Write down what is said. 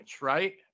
right